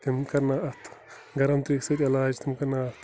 تِم کَرنہ اَتھ گرم ترٛیشہٕ سۭتۍ علاج تِم کَرنہ اَتھ